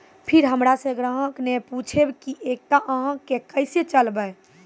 फिर हमारा से ग्राहक ने पुछेब की एकता अहाँ के केसे चलबै?